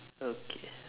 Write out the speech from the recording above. okay